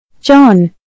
John